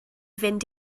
fynd